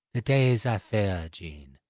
the days aye fair, jean,